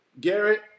Garrett